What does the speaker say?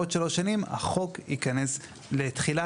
בעוד שלוש שנים החוק ייכנס לתחילה,